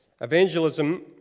Evangelism